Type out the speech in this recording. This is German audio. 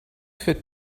für